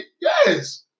Yes